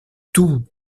tous